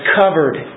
covered